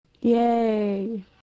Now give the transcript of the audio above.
Yay